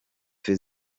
für